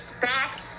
back